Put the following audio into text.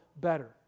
better